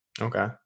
Okay